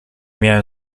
miałem